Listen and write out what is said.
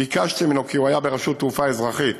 ביקשתי ממנו כי הוא היה ברשות התעופה האזרחית.